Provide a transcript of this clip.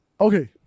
okay